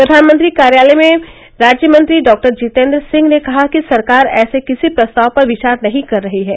प्रधानमंत्री कार्यालय में राज्यमंत्री डा जितेन्द्र सिंह ने कहा कि सरकार ऐसे किसी प्रस्ताव पर विचार नहीं कर रही है